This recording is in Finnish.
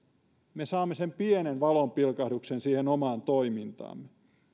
me saamme sen pienen valonpilkahduksen siihen omaan toimintaamme